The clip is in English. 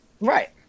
Right